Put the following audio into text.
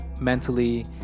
mentally